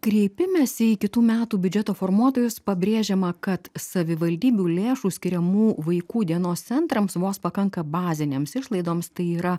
kreipimesi į kitų metų biudžeto formuotojus pabrėžiama kad savivaldybių lėšų skiriamų vaikų dienos centrams vos pakanka bazinėms išlaidoms tai yra